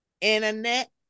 internet